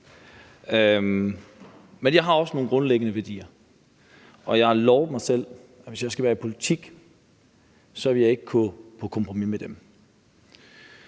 Men jeg har også nogle grundlæggende værdier, og jeg har lovet mig selv, at hvis jeg skal være i politik, vil jeg ikke gå på kompromis med dem.